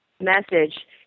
message